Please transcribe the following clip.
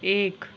एक